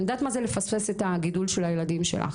אני יודעת מה זה לפספס את גידול הילדים שלך.